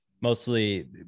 mostly